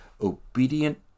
Obedient